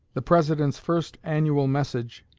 the president's first annual message